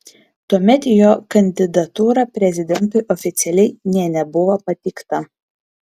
tuomet jo kandidatūra prezidentui oficialiai nė nebuvo pateikta